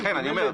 לכן אני אומר,